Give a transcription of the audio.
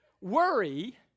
Worry